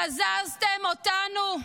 בזזתם אותנו,